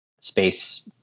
space